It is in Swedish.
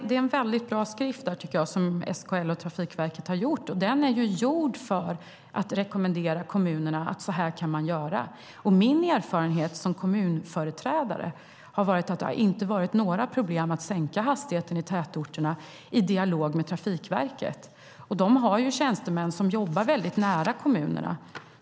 Fru talman! Det är en bra skrift som SKL och Trafikverket har gjort. Den är gjord för att rekommendera kommunerna hur de kan göra. Min erfarenhet som kommunföreträdare är att det inte har varit några problem att sänka hastigheten i tätorterna i dialog med Trafikverket. De har tjänstemän som jobbar nära kommunerna.